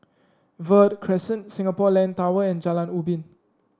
Verde Crescent Singapore Land Tower and Jalan Ubin